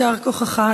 יישר כוחך.